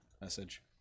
message